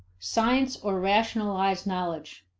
science or rationalized knowledge.